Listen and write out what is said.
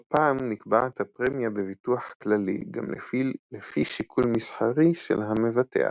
לא פעם נקבעת הפרמיה בביטוח כללי גם לפי שיקול מסחרי של המבטח.